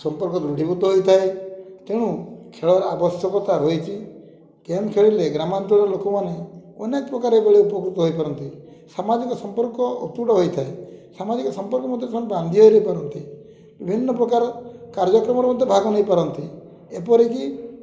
ସମ୍ପର୍କ ଦୃଢ଼ୀଭୂତ ହୋଇଥାଏ ତେଣୁ ଖେଳର ଆବଶ୍ୟକତା ରହିଛି ଗେମ୍ ଖେଳିଲେ ଗ୍ରାମାଞ୍ଚଳର ଲୋକମାନେ ଅନେକ ପ୍ରକାର ଏଭଳି ଉପକୃତ ହୋଇପାରନ୍ତି ସାମାଜିକ ସମ୍ପର୍କ ଅତୁଟ ହୋଇଥାଏ ସାମାଜିକ ସମ୍ପର୍କ ମଧ୍ୟ ସେମାନେ ବାନ୍ଧି ହୋଇ ରହିପାରନ୍ତି ବିଭିନ୍ନ ପ୍ରକାର କାର୍ଯ୍ୟକ୍ରମରେ ମଧ୍ୟ ଭାଗ ନେଇପାରନ୍ତି ଏପରିକି